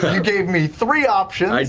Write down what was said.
you gave me three options.